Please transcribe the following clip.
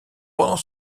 pendant